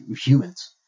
humans